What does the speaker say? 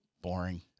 Boring